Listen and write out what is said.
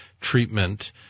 treatment